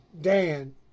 dan